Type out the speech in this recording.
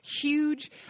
huge